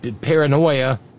paranoia